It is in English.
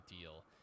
deal